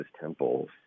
temple's